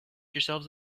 yourselves